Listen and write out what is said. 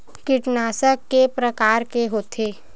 कीटनाशक के प्रकार के होथे?